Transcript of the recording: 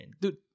Dude